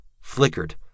Flickered